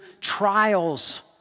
trials